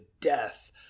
death